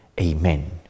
Amen